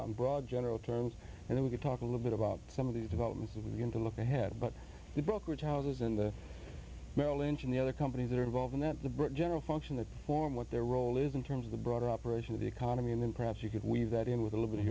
both broad general terms and we could talk a little bit about some of these developments that we're going to look ahead but the brokerage houses in the merrill lynch and the other companies that are involved in that the british general function the form what their role is in terms of the broader operation of the economy and then perhaps you could weave that in with a little bit of